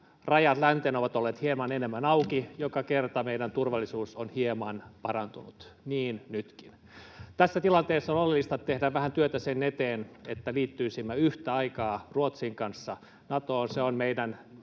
rajat länteen ovat olleet hieman enemmän auki. Joka kerta meidän turvallisuus on hieman parantunut, niin nytkin. Tässä tilanteessa on oleellista, että tehdään vähän työtä sen eteen, että liittyisimme yhtä aikaa Ruotsin kanssa Natoon.